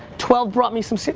twelve brought me some.